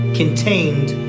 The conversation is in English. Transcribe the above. contained